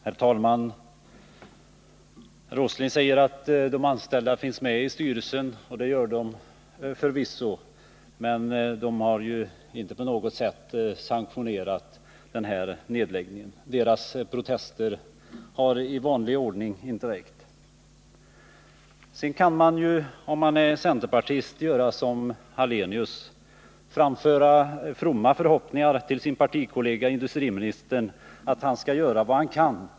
Herr talman! Herr Åsling säger att de anställda finns med i styrelsen, och det gör de förvisso. Men de anställda har inte på något sätt sanktionerat den här nedläggningen. Det har i vanlig ordning inte räckt med deras protester. Om man är centerpartist kan man naturligtvis göra som Ingemar Hallenius gör— framföra fromma förhoppningar till partikollegan industriministern om att han skall göra vad han kan.